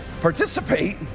participate